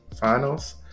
finals